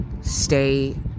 stay